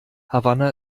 havanna